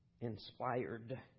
inspired